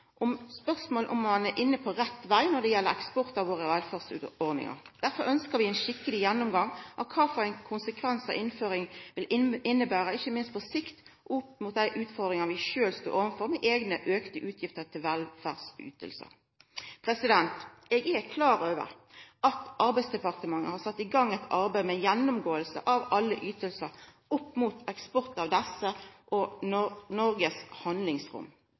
om ein er på rett veg når det gjeld eksport av våre velferdsordningar. Derfor ønskjer vi ein skikkeleg gjennomgang av kva for konsekvensar ei slik innføring vil innebera, ikkje minst på sikt, opp mot dei utfordringane vi sjølve står overfor, med eigne økte utgiftar til velferdsytingar. Eg er klar over at Arbeidsdepartementet har sett i gang eit arbeid for å gjennomgå alle ytingar, opp mot eksport av desse, og Noregs handlingsrom.